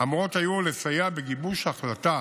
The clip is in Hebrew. אמורות היו לסייע בגיבוש החלטה